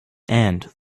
and